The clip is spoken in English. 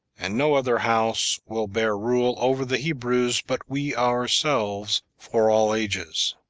and no other house will bear rule over the hebrews but we ourselves for all ages.